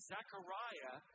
Zechariah